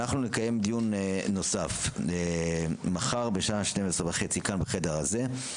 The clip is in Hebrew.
אנחנו נקיים דיון נוסף מחר בשעה 12:30 כאן בחדר הזה.